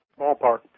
ballpark